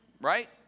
right